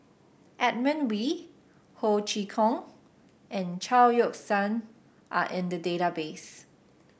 Edmund Wee Ho Chee Kong and Chao Yoke San are in the database